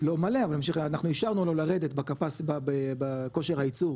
לא מלא אבל ממשיך, אנחנו אישרנו לרדת בכושר הייצור